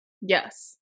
Yes